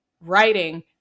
writing